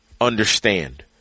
Understand